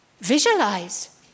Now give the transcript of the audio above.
Visualize